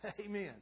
Amen